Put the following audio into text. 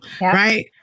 right